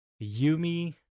Yumi